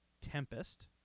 Tempest